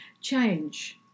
change